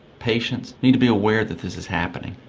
patients need to be aware that this is happening.